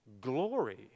Glory